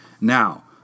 now